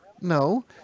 No